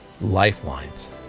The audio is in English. lifelines